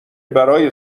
برای